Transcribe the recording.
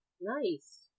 Nice